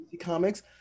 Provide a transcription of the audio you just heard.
comics